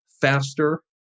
faster